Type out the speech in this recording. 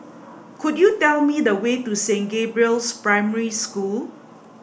could you tell me the way to Saint Gabriel's Primary School